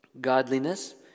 godliness